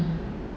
mm